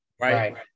right